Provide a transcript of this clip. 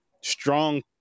strong